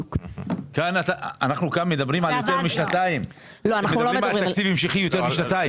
כאן אנחנו מדברים על תקציב המשכי של יותר משנתיים.